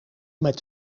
met